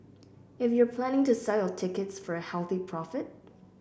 if you're planning to sell your tickets for a healthy profit